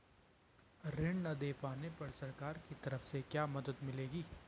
ऋण न दें पाने पर सरकार की तरफ से क्या मदद मिलेगी?